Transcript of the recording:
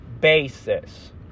basis